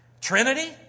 Trinity